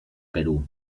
perú